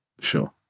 Sure